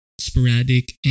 sporadic